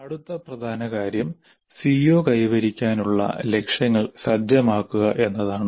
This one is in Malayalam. അടുത്ത പ്രധാന കാര്യം CO കൈവരിക്കാനുള്ള ലക്ഷ്യങ്ങൾ സജ്ജമാക്കുക എന്നതാണ്